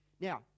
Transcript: Now